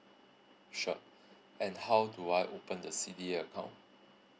sure and how do I open the C_D_A account